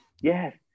Yes